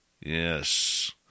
Yes